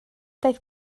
daeth